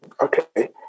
Okay